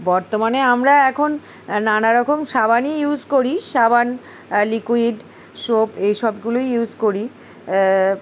বর্তমানে আমরা এখন নানারকম সাবানই ইউজ করি সাবান লিকুইড সোপ এইসবগুলোই ইউজ করি